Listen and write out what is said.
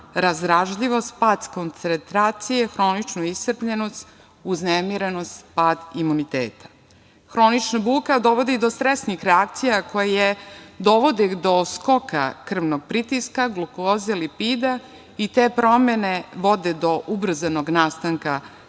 razdražljivost, pad koncentracije, hroničnu iscrpljenost, uznemirenost pad imuniteta. Hronična buka dovodi do stresnih reakcija, koje dovode do skoka krvnog pritiska, glukoze i lipida, i te promene vode do ubrzanog nastanka koronarnih